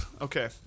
Okay